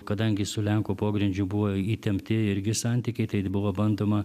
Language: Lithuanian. kadangi su lenkų pogrindžiu buvo įtempti irgi santykiai tai buvo bandoma